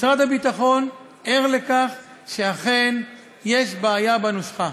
משרד הביטחון ער לכך שאכן יש בעיה בנוסחה.